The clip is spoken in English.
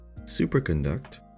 Superconduct